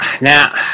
now